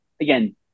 again